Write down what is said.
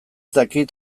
dakit